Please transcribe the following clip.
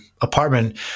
apartment